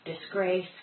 disgrace